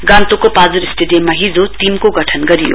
गान्तोकको पाल्जोर स्टेडियममा हिजो टीमको गठन गरियो